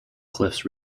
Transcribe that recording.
cliffs